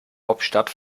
hauptstadt